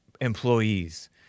employees